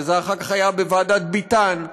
ואחר כך זה היה בוועדת ביטן.